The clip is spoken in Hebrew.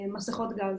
מסיכות אב"כ.